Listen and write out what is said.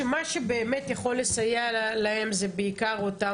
שמה שבאמת יכול לסייע להם זה בעיקר אותם